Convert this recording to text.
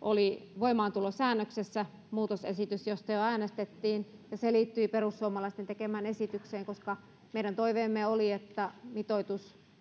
oli voimaantulosäännöksessä muutosesitys josta jo äänestettiin ja se liittyi perussuomalaisten tekemään esitykseen koska meidän toiveemme oli että mitoitus